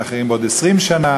לאחרים בעוד 20 שנה,